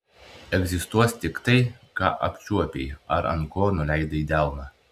egzistuos tik tai ką apčiuopei ar ant ko nuleidai delną